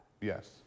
Yes